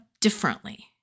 differently